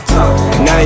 Now